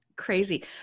crazy